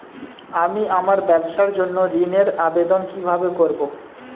আমি আমার ব্যবসার জন্য ঋণ এর আবেদন কিভাবে করব?